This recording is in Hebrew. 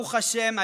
ברוך השם,